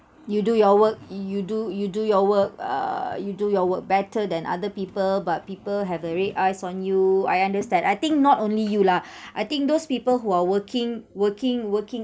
you do your work you do you do your work uh you do your work better than other people but people have a red eyes on you I understand I think not only you lah I think those people who are working working working